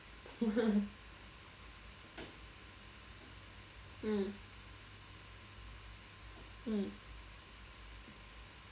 mm mm